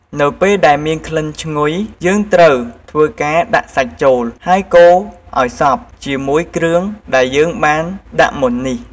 នៅពេលដែលមានក្លិនឈ្ងុយ យើងត្រូវធ្វើការដាក់សាច់ចូល ហើយកូរអោយសព្វជាមួយគ្រឿងដែលយើងបានដាក់មុននេះ។